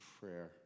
prayer